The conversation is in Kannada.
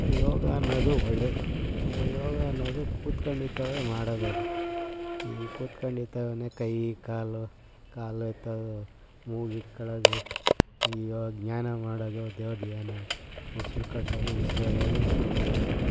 ಯೋಗ ಅನ್ನೋದು ಒಳ್ಳೆಯದು ಈಗ ಯೋಗ ಅನ್ನೋದು ಕೂತ್ಕೊಂಡಿದ್ದಾಗ ಮಾಡೋದದು ಈ ಕೂತ್ಕೊಂಡಿದ್ದಾಗಲೇ ಕೈ ಕಾಲು ಕಾಲು ಎತ್ತೋದು ಮೂಗ ಇಡ್ಕೊಳ್ಳೋದು ಈ ಯೋ ಜ್ಞಾನ ಮಾಡೋದು ದೇವ್ರ ಧ್ಯಾನ ಉಸ್ರು ಕಟ್ಟೋದು ಉಸ್ರು ಎಳ್ಯೋದು ಉಸ್ರು ಬಿಡೋದು